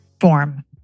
form